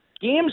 Games